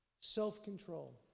self-control